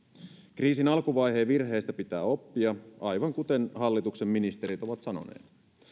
kriisin alkuvaiheen virheistä pitää oppia aivan kuten hallituksen ministerit ovat sanoneet